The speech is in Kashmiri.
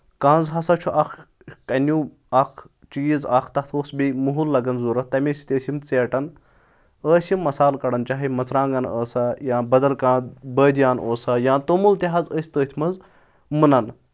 کنٛز ہَسا چھُ اکھ کنیٚو اَکھ چیٖز اَکھ تَتھ اوس بیٚیہِ مُہل لَگان ضرورَت تَمہِ سۭتۍ ٲسۍ یِم ژیٹان ٲسۍ یِم مصالہٕ کَڑان چاہے مرژٕوانٛگَن ٲسۍ یا بَدَل کانٛہہ بٲدِیان اوسا یا تومُل تہِ حظ ٲسۍ تٔتھۍ منٛز مُنان